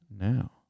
now